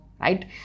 right